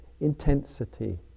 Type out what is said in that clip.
intensity